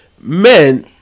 men